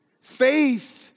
Faith